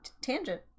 tangent